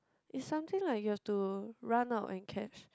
is something like you have to run out and catch